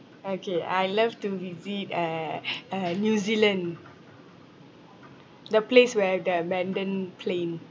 okay I love to visit uh uh new zealand the place where the abandoned plane